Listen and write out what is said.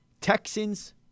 Texans